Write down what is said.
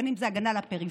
בין שזה הגנה על הפריפריה.